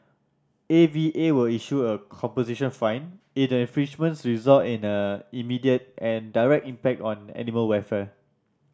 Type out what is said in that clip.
A V A will issue a composition fine if the infringements result in a immediate and direct impact on animal welfare